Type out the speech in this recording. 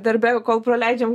darbe kol praleidžiam